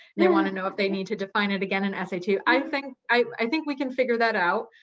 they wanna know if they need to define it again in essay two. i think i think we can figure that out.